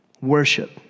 Worship